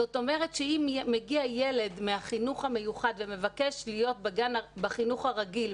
זאת אומרת שאם מגיע ילד מהחינוך המיוחד ומבקש להיות בחינוך הרגיל,